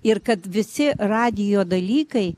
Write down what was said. ir kad visi radijo dalykai